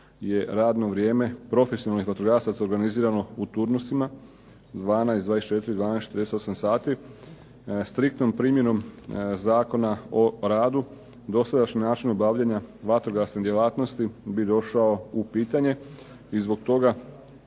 je radno vrijeme profesionalnih vatrogasaca organizirano u turnusima, 12, 24, 12, 48 sati striktnom primjenom Zakona o radu, dosadašnji način obavljanja vatrogasne djelatnosti bi došao u pitanje i zbog toga